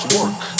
work